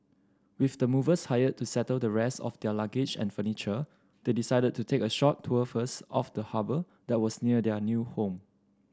with the movers hired to settle the rest of their luggage and furniture they decided to take a short tour first of the harbour that was near their new home